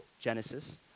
Genesis